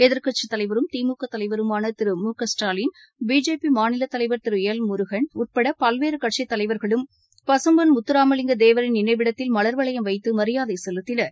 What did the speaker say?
எதிர்க்கட்சித் தலைவரும் திமுகதலைவருமானதிருமுகஸ்டாலின் பிஜேபிமாநிலத் தலைவர் திருஎல் முருகன் உட்படபல்வேறுகட்சித் தலைவர்களும் பகம்பொன் முத்தராமலிங்க தேவரின் நினைவிடத்தில் மலர் வளையம் வைத்தமரியாதைசெலுத்தினர்